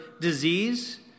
disease